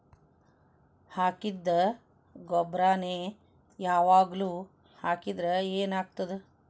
ಹಾಕಿದ್ದ ಗೊಬ್ಬರಾನೆ ಯಾವಾಗ್ಲೂ ಹಾಕಿದ್ರ ಏನ್ ಆಗ್ತದ?